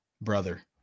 Brother